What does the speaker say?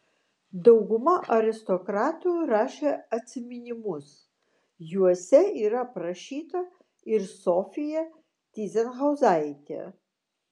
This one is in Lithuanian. dauguma aristokratų rašė atsiminimus juose yra aprašyta ir sofija tyzenhauzaitė